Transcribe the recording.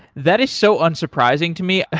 that is so unsurprising to me.